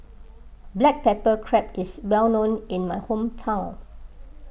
Black Pepper Crab is well known in my hometown